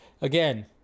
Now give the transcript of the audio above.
Again